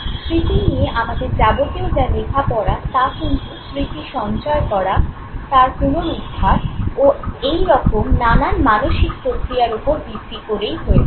স্মৃতি নিয়ে আমাদের যাবতীয় যা লেখাপড়া তা কিন্তু স্মৃতি সঞ্চয় করা তার পুনরুদ্ধার ও এইরকম নানান মানসিক প্রক্রিয়ার ওপর ভিত্তি করেই হয়েছে